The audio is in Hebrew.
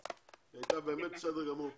היא הייתה באמת בסדר גמור פה,